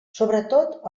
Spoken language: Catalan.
sobretot